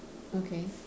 okay